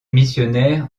missionnaires